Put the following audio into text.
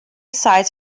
sites